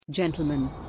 Gentlemen